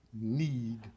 need